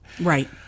Right